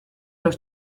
los